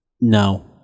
no